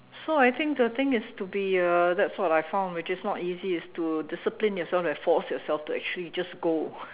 so I think the thing is to be uh that's what I found which is not easy is to to discipline and force yourself and actually just go